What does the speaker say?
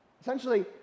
Essentially